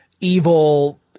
evil